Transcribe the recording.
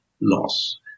loss